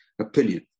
opinion